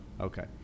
Okay